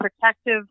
protective